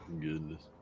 Goodness